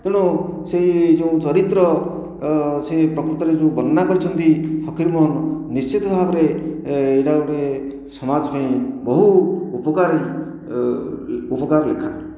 ତେଣୁ ସେଇ ଯେଉଁ ଚରିତ୍ର ସେ ପ୍ରକୃତରେ ଯେଉଁ ବର୍ଣ୍ଣନା କରିଛନ୍ତି ଫକୀରମୋହନ ନିଶ୍ଚିତ ଭାବରେ ଏଟା ଗୋଟିଏ ସମାଜ ପାଇଁ ବହୁ ଉପକାର ଉପକାର ଲେଖା